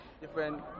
Different